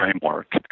framework